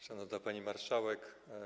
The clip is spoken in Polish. Szanowna Pani Marszałek!